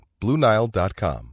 BlueNile.com